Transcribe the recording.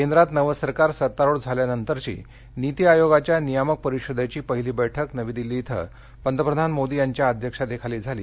केंद्रात नवं सरकार सत्तारूढ झाल्यानंतरची नीती आयोगाच्या नियामक परिषदेची पहिली बैठक नवी दिल्ली इथं पंतप्रधान मोदी यांच्या अध्यक्षतेखाली झाली